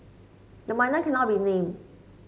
the minor cannot be named